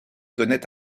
connaît